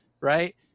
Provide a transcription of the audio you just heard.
Right